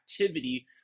activity